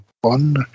one